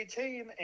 team